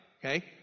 okay